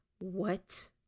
What